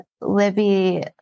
Libby